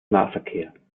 nahverkehr